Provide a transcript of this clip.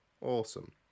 Awesome